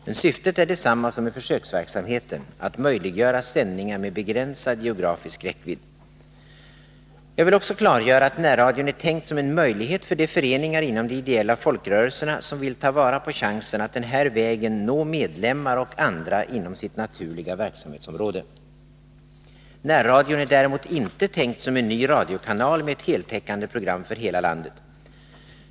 Men syftet är detsamma som med försöksverksamheten: att möjliggöra sändningar med begränsad geografisk räckvidd. Jag vill också klargöra att närradion är tänkt som en möjlighet för de föreningar inom de ideella folkrörelserna som vill ta vara på chansen att den här vägen nå medlemmar och andra inom sitt naturliga verksamhetsområde. Närradion är däremot inte tänkt som en ny radiokanal med ett heltäckande program för hela landet.